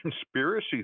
conspiracy